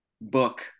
book